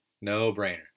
No-brainer